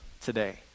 today